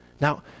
Now